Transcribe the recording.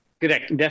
Correct